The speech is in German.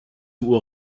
uhr